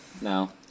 No